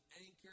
anchor